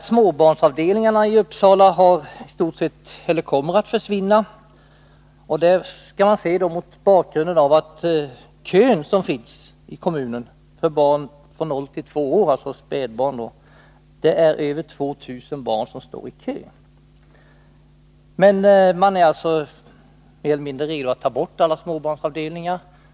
Småbarnsavdelningarna i Uppsala kommer i stort sett att försvinna. Och det skall man se mot bakgrunden av att den kö som finns i kommunen med barn från noll till två år, alltså spädbarn, är på över 2 000 barn. Men man är alltså mer eller mindre redo att ta bort alla småbarnsavdelningar.